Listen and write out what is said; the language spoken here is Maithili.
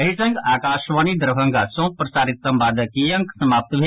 एहि संग आकाशवाणी दरभंगा सँ प्रसारित संवादक ई अंक समाप्त भेल